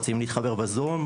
רוצים להתחבר בזום,